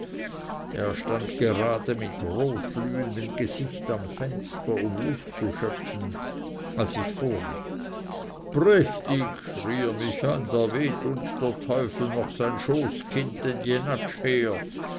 er stand gerade mit rotglühendem gesicht am fenster um luft zu schöpfen als ich vorritt prächtig schrie er mich an da weht uns der teufel noch sein schoßkind den jenatsch her